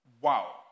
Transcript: Wow